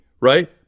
right